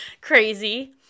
Crazy